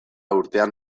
urtean